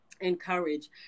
encourage